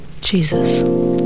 Jesus